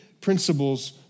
principles